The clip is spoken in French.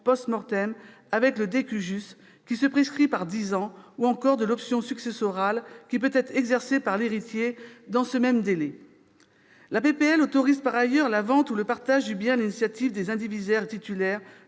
filiation avec le, qui se prescrit par dix ans, ou encore de l'option successorale, qui peut être exercée par l'héritier dans ce même délai. La proposition de loi autorise par ailleurs la vente ou le partage du bien sur l'initiative des indivisaires titulaires